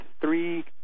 three